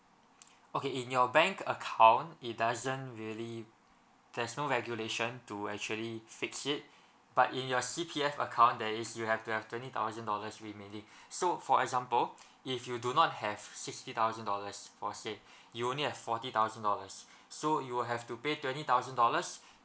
okay in your bank account it doesn't really there's no regulation to actually fix it but in your C_P_F account there is you have to have twenty thousand dollars remaining so for example if you do not have sixty thousand dollars for say you only have forty thousand dollars so you'll have to pay twenty thousand dollars